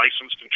licensed